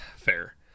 fair